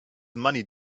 money